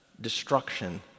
destruction